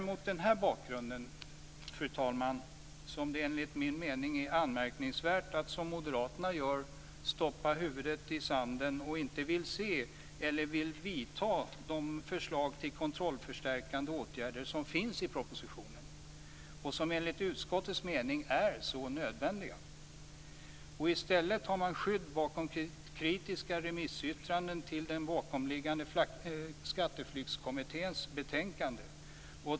Mot den här bakgrunden är det, fru talman, enligt min mening anmärkningsvärt att Moderaterna stoppar huvudet i sanden och inte vill se eller vidta de kontrollförstärkande åtgärder som föreslås i propositionen och som enligt utskottets mening är så nödvändiga. I stället tar man skydd bakom kritiska remissyttranden till den bakomliggande Skatteflyktskommitténs betänkande.